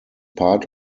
part